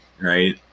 right